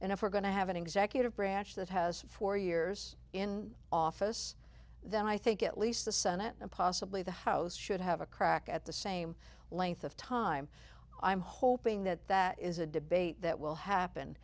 and if we're going to have an executive branch that has four years in office then i think at least the senate and possibly the house should have a crack at the same length of time i'm hoping that that is a debate that will happen